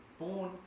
born